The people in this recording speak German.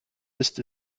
isst